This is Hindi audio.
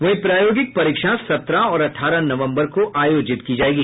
वहीं प्रायोगिक परीक्षा सत्रह और अठारह नवम्बर को आयोजित की जायेगी